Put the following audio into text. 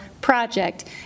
project